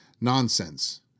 Nonsense